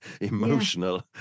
emotional